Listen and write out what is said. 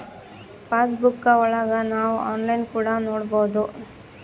pass ಬುಕ್ಕಾ ಒಳಗ ನಾವ್ ಆನ್ಲೈನ್ ಕೂಡ ನೊಡ್ಬೋದು